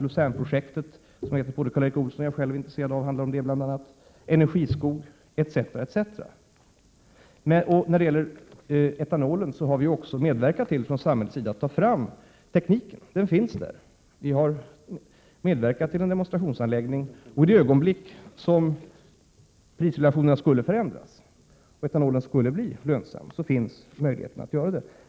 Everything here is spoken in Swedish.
Luzernprojektet, som både Karl Erik Olsson och jag själv är intresserade av, handlar om det. Det finns energiskog osv. När det gäller etanol har vi också från samhällets sida medverkat till att ta fram tekniken. Den finns där. Vi har medverkat till en demonstrationsanläggning. I det ögonblick prisrelationerna ändras så att etanolen blir lönsam finns det möjlighet att producera.